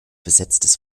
besetztes